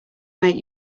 make